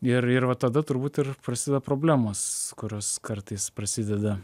ir ir va tada turbūt ir prasideda problemos kurios kartais prasideda